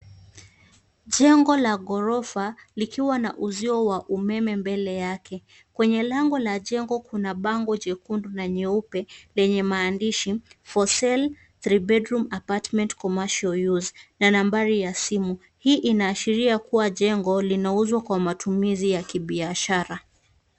Jengo la ghorofa, likiwa na uzio wa umeme mbele yake. Kwenye lango la jengo kuna bango jekundu na nyeupe lenye maandishi, For Sale 3 Bedroom Commercial Use na nambari ya simu. Hii inaashiria kua jengo linauzwa kwa matumizi ya kibiashara.